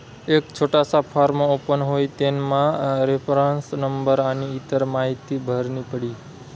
एक छोटासा form open हुई तेनामा रेफरन्स नंबर आनी इतर माहीती भरनी पडी